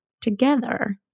together